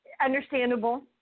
understandable